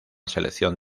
selección